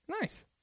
Nice